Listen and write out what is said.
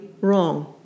wrong